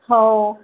हो